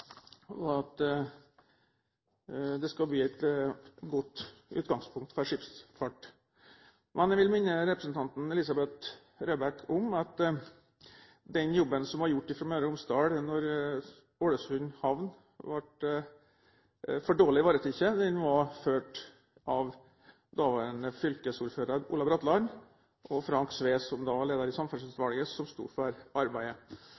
at det skal bli et godt utgangspunkt for skipsfart. Men jeg vil minne representanten Elisabeth Røbekk Nørve om at den jobben som ble gjort fra Møre og Romsdals side da Ålesund havn ble for dårlig ivaretatt, ble ledet av daværende fylkesordfører Olav Bratland og Frank Sve, som da var leder av samferdselsutvalget, og som sto for arbeidet.